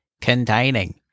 containing